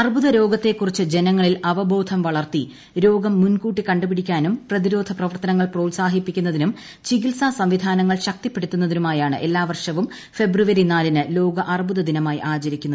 അർബുദ രോഗത്തെക്കുറിച്ച് ജനങ്ങളിൽ അവബോധം വളർത്തി രോഗം മുൻകൂട്ടി കണ്ടുപിടിക്കാനും പ്രതിരോധ പ്രവർത്തനങ്ങൾ പ്രോത്സാഹിപ്പിക്കുന്നതിനും ചികിത്സാ സംവിധാനങ്ങൾ ശക്തിപ്പെടുത്തുന്നതിനുമായാണ് എല്ലാ വർഷവും ഫെബ്രുവരി നാലിന് ലോക അർബുദ ദിനമായി ആചരിക്കുന്നത്